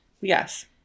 Yes